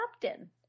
captain